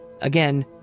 Again